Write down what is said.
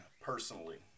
personally